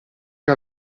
che